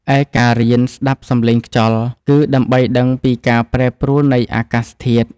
ឯការរៀនស្ដាប់សំឡេងខ្យល់ គឺដើម្បីដឹងពីការប្រែប្រួលនៃអាកាសធាតុ។